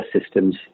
systems